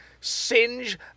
singe